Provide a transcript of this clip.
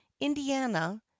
indiana